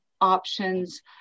options